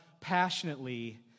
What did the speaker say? passionately